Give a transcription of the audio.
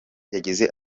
yagize